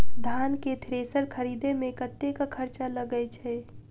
धान केँ थ्रेसर खरीदे मे कतेक खर्च लगय छैय?